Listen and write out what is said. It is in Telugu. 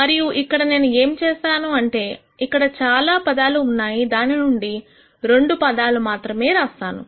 మరియు ఇక్కడ నేను ఏం చేస్తాను అంటే ఇక్కడ చాలా పదాలు ఉన్నాయి దాని నుండి రెండు పదాలు మాత్రమే రాసాను